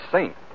Saint